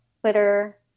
Twitter